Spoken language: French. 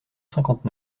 cinquante